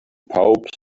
pawb